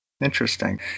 Interesting